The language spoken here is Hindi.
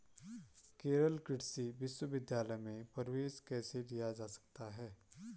केरल कृषि विश्वविद्यालय में प्रवेश कैसे लिया जा सकता है?